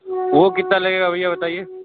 वो कितना लगेगा भैया बताईये